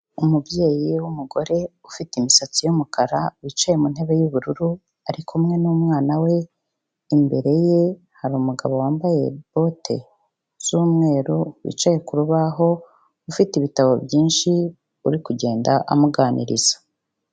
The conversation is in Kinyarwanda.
Umubyeyi w'umugore ufite imisatsi y'umukara wicaye mu ntebe y'ubururu ari kumwe n'umwana we, imbere ye hari umugabo wambaye bote z'umweru wicaye ku rubaho, ufite ibitabo byinshi uri kugenda amuganiriza.